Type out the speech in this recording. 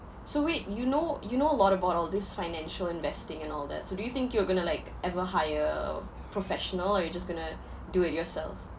so wait you know you know a lot about all these financial investing and all that so do you think you're going to like ever hire a f~ professional or you're just going to do it yourself